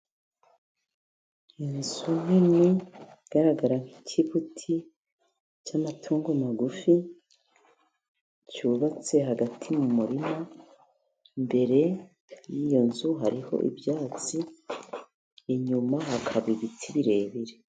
Iy'inzu nini igaragara nk'ikiguti cy'amatungo magufi, cyubatse hagati mu murima. Imbere y'iyo nzu hariho ibyatsi, inyuma hakaba ibiti birebire.